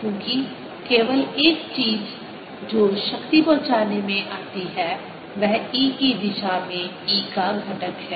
क्योंकि केवल एक चीज जो शक्ति पहुंचाने में आती है वह E की दिशा में E का घटक है